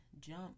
jump